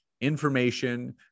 information